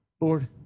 Lord